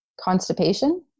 Constipation